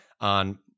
on